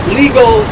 legal